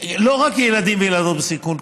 לא רק ילדים וילדות בסיכון,